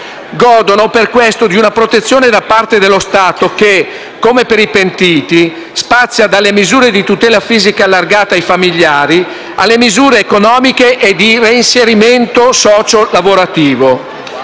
Godono per questo di una protezione da parte dello Stato che, come per i pentiti, spazia dalle misure di tutela fisica allargate ai familiari a quelle economiche e di reinserimento sociolavorativo.